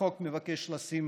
החוק מבקש לשים